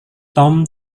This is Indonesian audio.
tom